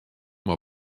mei